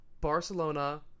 Barcelona